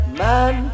man